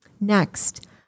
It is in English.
Next